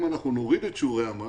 אם אנחנו נוריד את שיעורי המס,